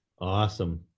Awesome